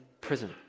prison